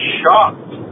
shocked